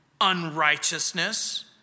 unrighteousness